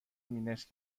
مینسک